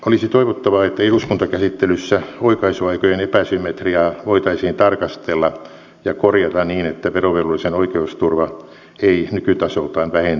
olisi toivottavaa että eduskuntakäsittelyssä oikaisuaikojen epäsymmetriaa voitaisiin tarkastella ja korjata niin että verovelvollisen oikeusturva ei nykytasoltaan vähentyisi